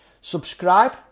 Subscribe